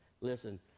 Listen